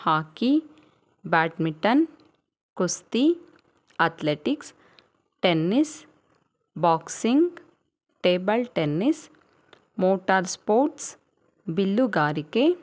ಹಾಕಿ badminton ಕುಸ್ತಿ athletics tennis boxing table tennis motor sports ಬಿಲ್ಲುಗಾರಿಕೆ